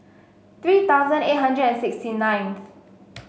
three thousand eight hundred and sixty ninth